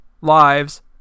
lives